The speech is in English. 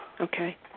okay